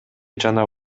жана